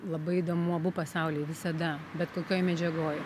labai įdomu abu pasauliai visada bet kokioj medžiagoj